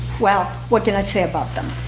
well, what did i say about them?